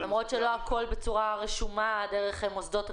למרות שלא הכול נעשה בצורה רשומה דרך מוסדות רשמיים.